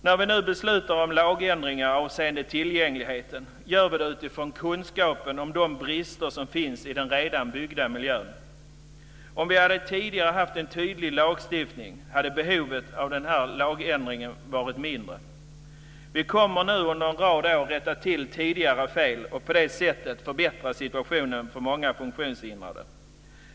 När vi nu beslutar om lagändringar avseende tillgängligheten gör vi det utifrån kunskapen om de brister som finns i den redan byggda miljön. Om vi tidigare hade haft en tydlig lagstiftning hade behovet av den här lagändringen varit mindre. Vi kommer nu under under rad år att rätta till tidigare fel och på det sättet förbättra situationen för många funktionshindrade.